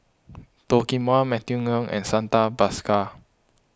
Toh Kim Hwa Matthew Ngui and Santha Bhaskar